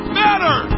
better